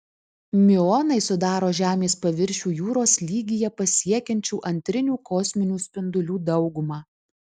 miuonai sudaro žemės paviršių jūros lygyje pasiekiančių antrinių kosminių spindulių daugumą